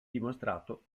dimostrato